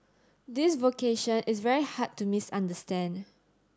this vocation is very hard to misunderstand